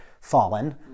fallen